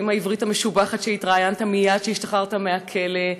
ועם העברית המשובחת שהתראיינת בה מייד כשהשתחררת מהכלא.